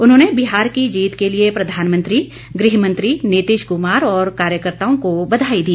उन्होंने बिहार की जीत के लिए प्रधानमंत्री गृहमंत्री नीतिश कुमार और कार्यकर्ताओं को बधाई दी